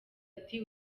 ati